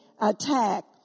attack